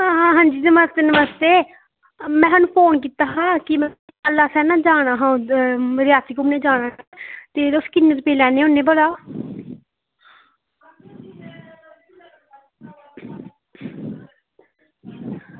आं जी नमस्ते नमस्ते में तुसेंगी फोन कीता की असें रियासी घुम्मन जाना हा ते तुस किन्ने रपे लैन्ने होन्ने भला